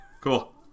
Cool